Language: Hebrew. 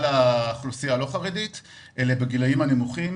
לאוכלוסייה הלא חרדית היא בגילאים הנמוכים,